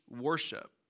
worship